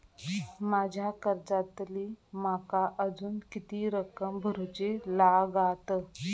माझ्या कर्जातली माका अजून किती रक्कम भरुची लागात?